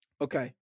Okay